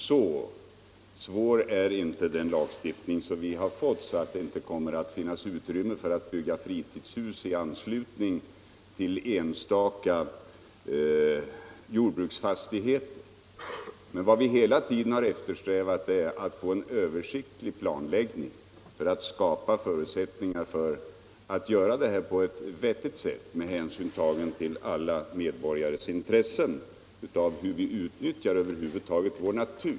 Så svår är inte den lagstiftning vi får att det inte kommer att finnas utrymme för att bygga fritidshus i anslutning till enstaka jordbruksfastigheter. Vad vi hela tiden strävat efter är att få en översiktlig planläggning för att skapa förutsättningar att utnyttja vår natur på ett vettigt sätt och därvid ta hänsyn till alla medborgares intressen.